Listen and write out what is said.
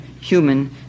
human